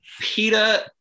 PETA